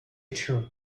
true